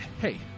hey